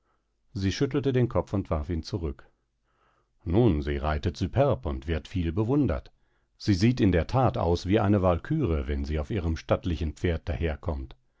sie schüttelte den kopf und warf ihn zurück nun sie reitet süperb und wird viel bewundert sie sieht in der that aus wie eine walküre wenn sie auf ihrem stattlichen pferd daherkommt